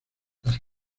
las